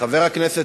חבר הכנסת